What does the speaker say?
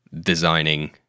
designing